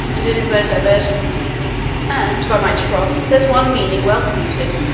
and in his own division and, by my troth, there's one meaning well suited.